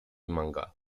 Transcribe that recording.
manga